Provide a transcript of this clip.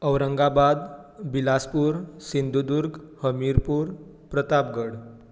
Aurangabad Bilaspur Sindhudurg Hamirpur Pratapgad